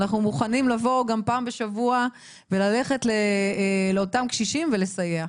אנחנו מוכנים לבוא פעם בשבוע גם וללכת לאותם קשישים ולסייע.